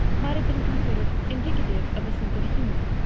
might have been considered indicative of a sense of humor.